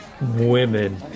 Women